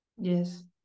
Yes